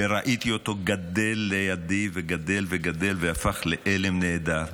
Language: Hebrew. וראיתי אותו גדל וגדל לידי, והפך לעלם נהדר.